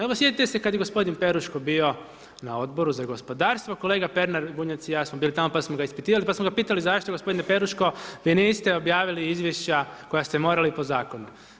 Evo, sjetite se kada je gospodin Peruško bio na Odboru za gospodarstvo, kolega Pernar, Bunjac i ja smo bili tamo, pa smo ga ispitivali, pa smo ga pitali zašto gospodine Peruško vi niste objavili Izvješća koja ste morali po zakonu?